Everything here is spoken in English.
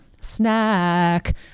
Snack